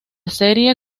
serie